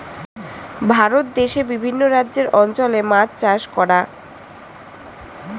ভারত দেশে বিভিন্ন রাজ্যের অঞ্চলে মাছ চাষ করা